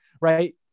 right